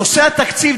נושא התקציב,